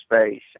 space